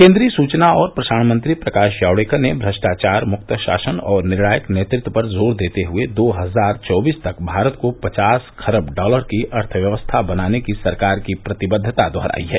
केन्द्रीय सूचना और प्रसारण मंत्री प्रकाश जावड़ेकर ने भ्रष्टाचार मुक्त शासन और निर्णायक नेतृत्व पर जोर देते हुए दो हजार चौबीस तक भारत को पचास खरब डालर की अर्थव्यवस्था बनाने की सरकार की प्रतिबद्दता दोहराई है